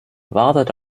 wartet